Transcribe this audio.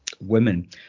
women